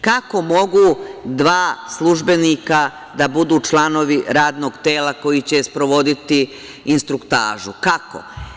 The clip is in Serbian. Kako mogu dva službenika da budu članovi radnog tela koji će sprovoditi instruktažu, kako?